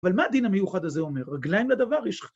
‫אבל מה הדין המיוחד הזה אומר? ‫רגליים לדבר ישח...